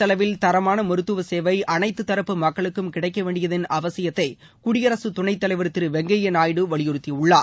செலவில் தரமான மருத்துவ சேவை அனைத்து தரப்பு மக்களுக்கும் மிகக்குறைந்த கிடைக்கவேண்டியதன் அவசியத்தை குடியரசுத் துணைத் தலைவர் திரு வெங்கைய்யா நாயுடு வலிபுறுத்தியுள்ளார்